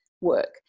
work